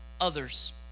others